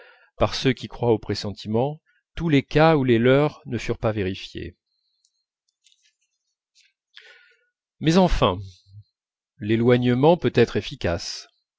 par ceux qui croient aux pressentiments tous les cas où les leurs ne furent pas vérifiés mais enfin l'éloignement peut être efficace